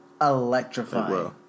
electrifying